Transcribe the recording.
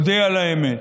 אודה על האמת.